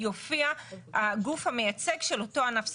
יופיע הגוף המייצג של אותו ענף ספציפי.